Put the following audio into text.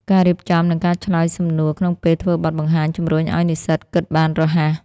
ការរៀបចំ និងការឆ្លើយសំណួរក្នុងពេលធ្វើបទបង្ហាញ ជំរុញឱ្យនិស្សិតគិតបានរហ័ស។